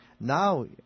Now